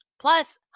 Plus